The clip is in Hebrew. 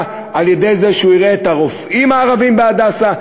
על-ידי זה שהוא יראה את הרופאים הערבים ב"הדסה",